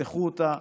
תפתחו אותה.